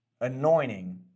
anointing